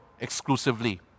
exclusively